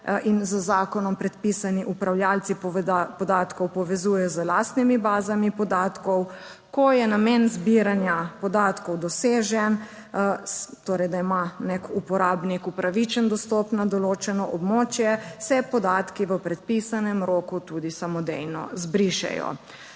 in z zakonom predpisani upravljavci podatkov povezujejo z lastnimi bazami podatkov, ko je namen zbiranja podatkov doseže torej da ima nek uporabnik upravičen dostop na določeno območje, se podatki v predpisanem roku tudi samodejno zbrišejo.